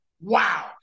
wow